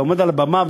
היה עומד על הבמה,